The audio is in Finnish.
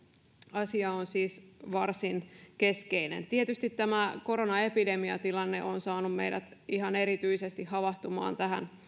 asia on siis varsin keskeinen tietysti tämä koronaepidemiatilanne on saanut meidät ihan erityisesti havahtumaan tähän